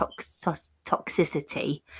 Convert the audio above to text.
toxicity